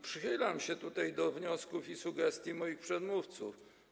Przychylam się do wniosków i sugestii moich przedmówców.